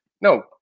no